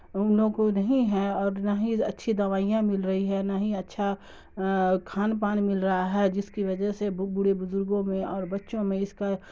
ان لوگوں کو نہیں ہے اور نہ ہی اچھی دوائیاں مل رہی ہے نہ ہی اچھا کھان پان مل رہا ہے جس کی وجہ سے بوڑھے بزرگوں میں اور بچوں میں اس کا